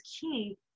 key